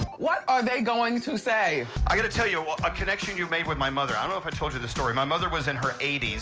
what are they going to say? i got to tell you what a connection you made with my mother. i don't know if i told you this story my mother was in her eighty s.